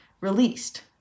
released